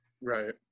Right